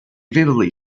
vividly